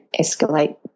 escalate